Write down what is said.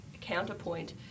counterpoint